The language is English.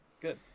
Good